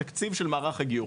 התקציב של מערך הגיור.